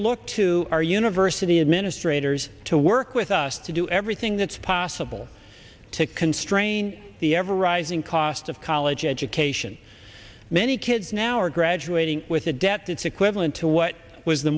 look to our university administrators to work with us to do everything that's possible to constrain the ever rising cost of college education many kids now are graduating with a debt that's equivalent to what was the